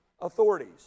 authorities